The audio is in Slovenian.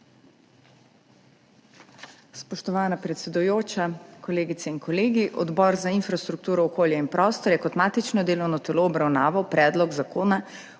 Spoštovana predsedujoča, kolegice in kolegi! Odbor za infrastrukturo, okolje in prostor je kot matično delovno telo obravnaval Predlog zakona